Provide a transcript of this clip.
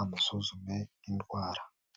amusuzume indwara.